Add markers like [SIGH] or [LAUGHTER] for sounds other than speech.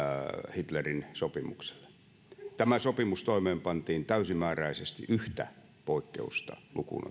hitlerin sopimukselle tämä sopimus toimeenpantiin täysimääräisesti yhtä poikkeusta lukuun [UNINTELLIGIBLE]